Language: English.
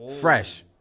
Fresh